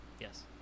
Yes